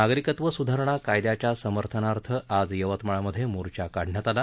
नागरिकत्व सुधारणा कायद्याच्या समर्थनार्थ आज यवतमाळमधे मोर्चा काढण्यात आला